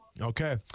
Okay